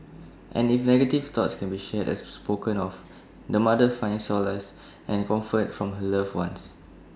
and if negative thoughts can be shared and spoken of the mother finds solace and comfort from her loved ones